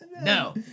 No